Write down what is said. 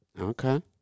Okay